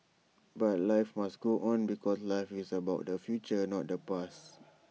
but life must go on because life is about the future not the past